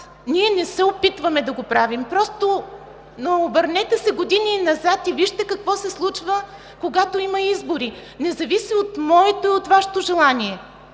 Ние не се опитваме да го правим, просто се върнете години назад и вижте какво се случва, когато има избори. Не зависи от моето и Вашето желание.